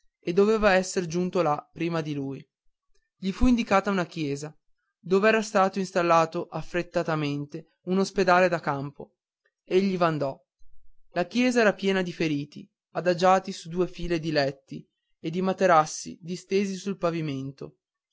e doveva esser giunto là prima di lui gli fu indicata una chiesa dov'era stato installato affrettatamente un ospedale da campo egli v'andò la chiesa era piena di feriti adagiati su due file di letti e di materassi distesi sul pavimento